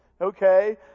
Okay